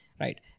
Right